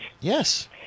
Yes